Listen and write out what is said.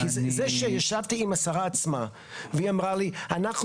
כי זה שישבתי עם השרה עצמה והיא אמרה לי 'אנחנו